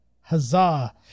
Huzzah